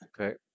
Okay